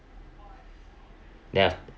yes